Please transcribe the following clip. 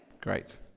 Great